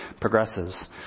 progresses